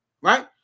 right